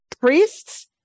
priests